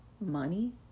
money